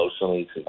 emotionally